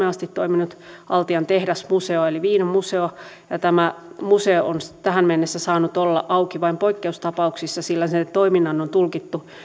asti toiminut altian tehdasmuseo eli viinamuseo ja tämä museo on tähän mennessä saanut olla auki vain poikkeustapauksissa sillä sen toiminnan on on tulkittu